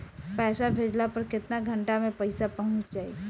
पैसा भेजला पर केतना घंटा मे पैसा चहुंप जाई?